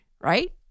right